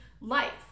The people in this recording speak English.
life